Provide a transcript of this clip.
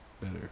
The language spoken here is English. better